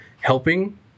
helping